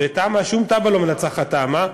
ושום תב"ע לא מנצחת תמ"א.